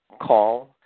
call